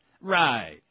Right